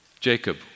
Jacob